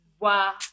Wow